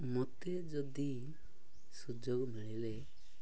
ମୋତେ ଯଦି ସୁଯୋଗ ମିଳିଲେ